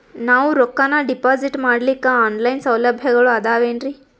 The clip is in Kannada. ನಾವು ರೊಕ್ಕನಾ ಡಿಪಾಜಿಟ್ ಮಾಡ್ಲಿಕ್ಕ ಆನ್ ಲೈನ್ ಸೌಲಭ್ಯಗಳು ಆದಾವೇನ್ರಿ?